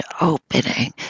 opening